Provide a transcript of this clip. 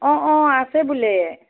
অঁ অঁ আছে বোলে